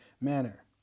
manner